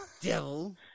Devil